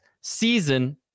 season